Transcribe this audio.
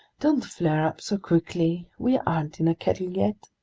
don't flare up so quickly! we aren't in a kettle yet!